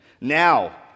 Now